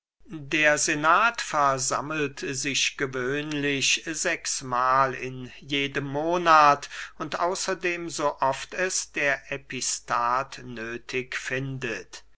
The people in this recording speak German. der senat versammelt sich gewöhnlich sechsmahl in jedem monat und außerdem so oft es der epistat nöthig findet